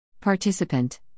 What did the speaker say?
Participant